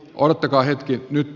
odottakaa hetki nyt